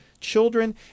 children